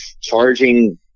charging